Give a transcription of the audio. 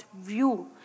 view